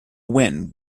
win